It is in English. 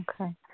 Okay